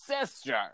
sister